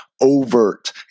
overt